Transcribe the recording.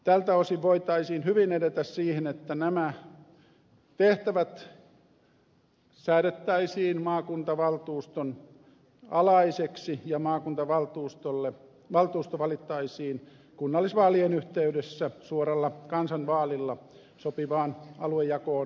tältä osin voitaisiin hyvin edetä siihen että nämä tehtävät säädettäisiin maakuntavaltuuston alaisiksi ja maakuntavaltuusto valittaisiin kunnallisvaalien yhteydessä suoralla kansanvaalilla sopivaan aluejakoon perustuen